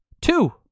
Two